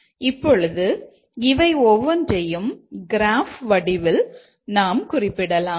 இப்பொழுது இவை ஒவ்வொன்றையும் கிராஃப் வடிவில் நாம் குறிப்பிடலாம்